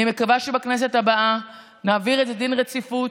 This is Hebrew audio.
אני מקווה שבכנסת הבאה נעביר לזה דין רציפות,